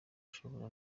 ishobora